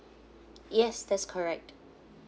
yes that's correct